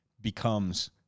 Becomes